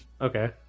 okay